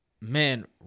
Man